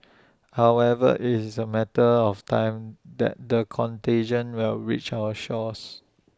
however IT is A matter of time that the contagion will reach our shores